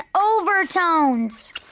overtones